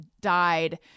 died